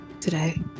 today